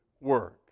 work